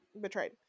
betrayed